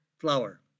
flour